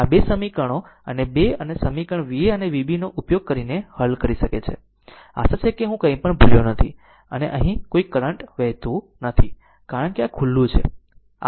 આમ 2 સમીકરણો અને 2 અને સમીકરણ Va અને Vb નો ઉપયોગ કરીને હલ કરી શકે છે આશા છે કે હું કંઈપણ ભૂલ્યો નથી અને અહીં કોઈ કરંટ વહેતું નથી કારણ કે આ ખુલ્લું છે